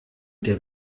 der